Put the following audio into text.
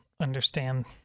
understand